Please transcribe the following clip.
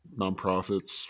nonprofits